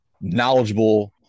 knowledgeable